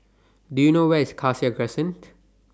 Do YOU know Where IS Cassia Crescent